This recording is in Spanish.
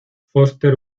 foster